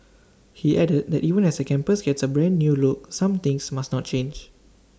he added that even as the campus gets A brand new look some things must not change